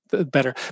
better